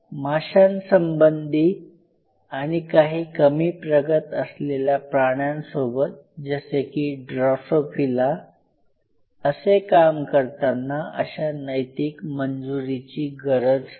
माशांसंबंधी आणि काही कमी प्रगत असलेल्या प्राण्यांसोबत जसे की ड्रोसोफिला असे काम करताना अशा नैतिक मंजुरीची गरज नाही